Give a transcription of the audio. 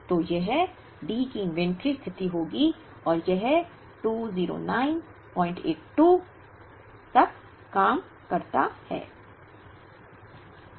तो यह D की इन्वेंट्री स्थिति होगी और यह 20982 20982 तक काम करता है